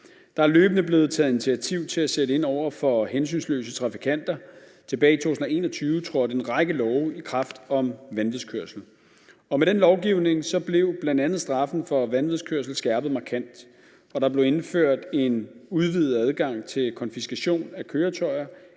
Der er løbende blevet taget initiativ til at sætte ind over for hensynsløse trafikanter. Tilbage i 2021 trådte en række love om vanvidskørsel i kraft. Med den lovgivning blev bl.a. straffen for vanvidskørsel skærpet markant. Der blev indført en udvidet adgang til konfiskation af køretøjer